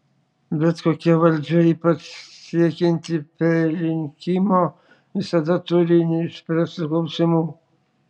bet kokia valdžia ypač siekianti perrinkimo visada turi neišspręstų klausimų